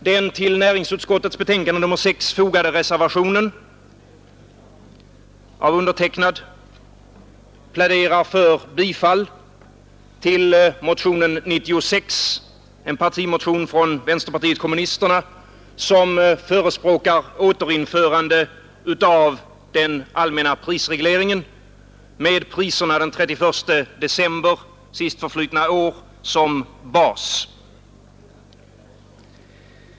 Den till näringsutskottets betänkande nr 6 fogade reservationen av mig pläderar för bifall till motionen 96, en partimotion från vänsterpartiet kommunisterna, som förespråkar återinförande av den allmänna prisregleringen med priserna den 31 december sistförflutna år som bas.